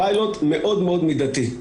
פיילוט מאוד מאוד מידתי.